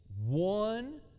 one